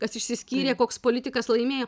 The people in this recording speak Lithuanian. kas išsiskyrė koks politikas laimėjo